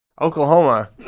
Oklahoma